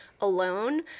alone